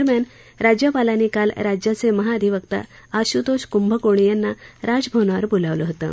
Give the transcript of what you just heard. दरम्यान राज्यपालांनी काल राज्याचे महाधिवक्ता आश्तोष कुंभकोणी यांना राजभवनावर बोलावलं होतं